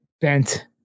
bent